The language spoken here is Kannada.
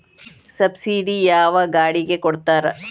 ಸಬ್ಸಿಡಿ ಯಾವ ಗಾಡಿಗೆ ಕೊಡ್ತಾರ?